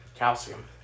calcium